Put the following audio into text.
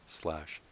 slash